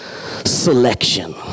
selection